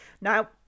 now